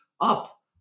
up